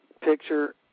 picture